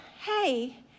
hey